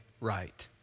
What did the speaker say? right